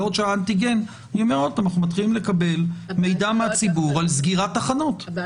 בעוד שאנחנו מתחילים לקבל מידע מהציבור על סגירת תחנות אנטיגן.